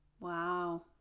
Wow